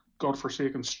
godforsaken